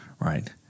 right